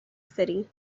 city